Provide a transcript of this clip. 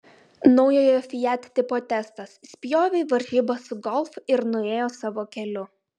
naujojo fiat tipo testas spjovė į varžybas su golf ir nuėjo savo keliu